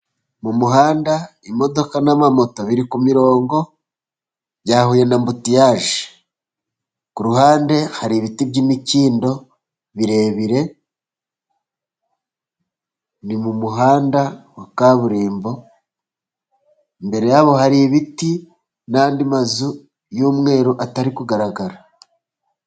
Mu muhanda, imodoka n'amamoto biri ku mirongo byahuye n'ambutiyaje, ku ruhande hari ibiti by'imikindo birebire. Ni mu muhanda wa kaburimbo, imbere yabo hari ibiti n'andi mazu y'umweru atari kugaragara.